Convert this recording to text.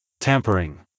Tampering